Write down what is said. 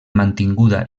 mantinguda